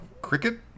cricket